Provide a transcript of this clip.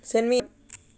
send me